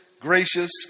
gracious